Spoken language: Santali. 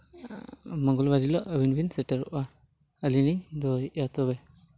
ᱢᱚᱜᱚᱞᱵᱟᱨ ᱦᱤᱞᱳᱜ ᱟᱹᱵᱤᱱ ᱵᱤᱱ ᱥᱮᱴᱮᱨᱚᱜᱼᱟ ᱟᱹᱞᱤᱧ ᱞᱤᱧ ᱫᱚᱦᱚᱭᱮᱫᱼᱟ ᱛᱚᱵᱮ